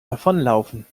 davonlaufen